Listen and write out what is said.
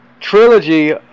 trilogy